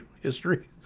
history